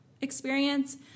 experience